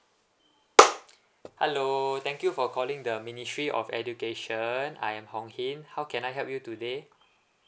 hello thank you for calling the ministry of education I am hong hin how can I help you today